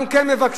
אנחנו כן מבקשים,